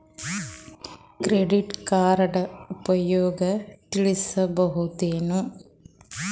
Credit card ಉಪಯೋಗ ತಿಳಸಬಹುದೇನು?